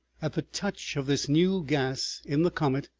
at the touch of this new gas in the comet,